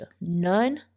None